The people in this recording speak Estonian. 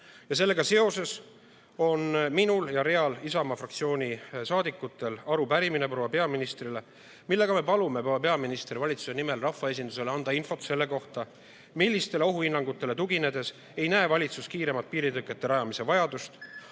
Sellega seoses on minul ja hulgal Isamaa fraktsiooni liikmetel proua peaministrile arupärimine, milles me palume proua peaministril valitsuse nimel rahvaesindusele anda infot selle kohta, millistele ohuhinnangutele tuginedes ei näe valitsus kiiremat piiritõkete rajamise vajadust.